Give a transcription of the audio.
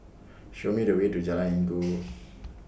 Show Me The Way to Jalan Inggu